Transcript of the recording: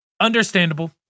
Understandable